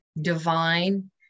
Divine